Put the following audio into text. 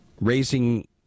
raising